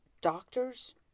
Doctors